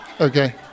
Okay